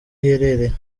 iherereye